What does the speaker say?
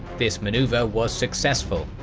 this maneuver was successful,